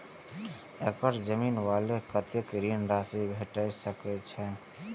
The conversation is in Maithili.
एक एकड़ जमीन वाला के कतेक ऋण राशि भेट सकै छै?